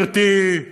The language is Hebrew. גברתי,